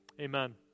Amen